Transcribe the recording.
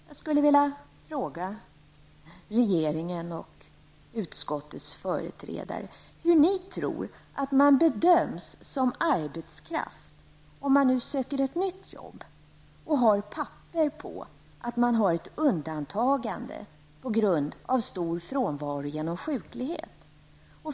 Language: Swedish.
Jag skulle vilja fråga regeringen och utskottets företrädare: Hur bedöms man som arbetskraft när man söker nytt jobb och har papper på att man har ett undantagande på grund av stor frånvaro genom sjuklighet?